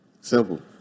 Simple